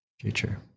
future